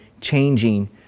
CHANGING